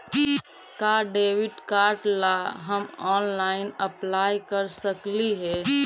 का debit card ला हम ऑनलाइन अप्लाई कर सकली हे?